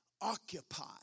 Occupy